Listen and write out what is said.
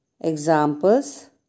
Examples